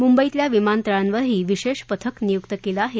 मुंबईतल्या विमानतळांवरही विशेष पथक नियुक्त केलं आहे